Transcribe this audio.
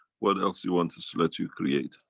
what else you want us let you create?